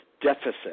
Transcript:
deficit